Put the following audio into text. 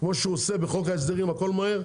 כמו שהוא עושה בחוק ההסדרים הכול מהר,